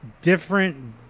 different